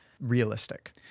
realistic